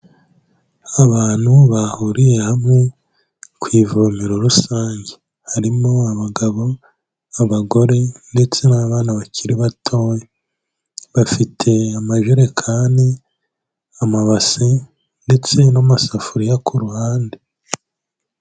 Abantu bahuriye hamwe ku ivomero rusange, harimo abagabo, abagore, ndetse n'abana bakiri batoya, bafite amajerekani, amabasi ndetse n'amasafuriya ku ruhande.